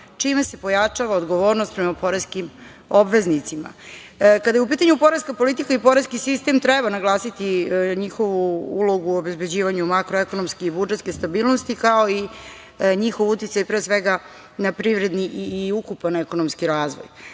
čime se pojačava odgovornost prema poreskim obveznicima. Kada je u pitanju poreska politika i poreski sistem, treba naglasiti njihovu ulogu u obezbeđivanju makroekonomske i budžetske stabilnosti, kao i njihov uticaj, pre svega, na privredni i ukupan ekonomski razvoj. Poreska